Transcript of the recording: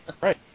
right